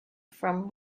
from